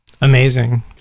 Amazing